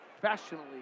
professionally